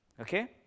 Okay